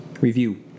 Review